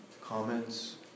comments